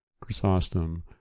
chrysostom